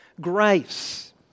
grace